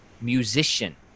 musician